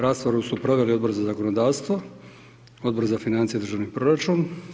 Raspravu su proveli Odbor za zakonodavstvo, Odbor za financije i državni proračun.